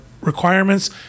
requirements